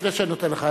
לפני שאני נותן לך,